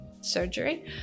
surgery